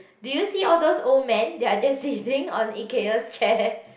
do you see all those old man they are just sitting on Ikea's chair